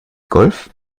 golf